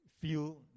feel